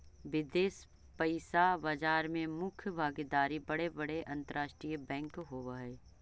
विदेश पइसा बाजार में मुख्य भागीदार बड़े बड़े अंतरराष्ट्रीय बैंक होवऽ हई